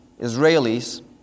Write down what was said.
Israelis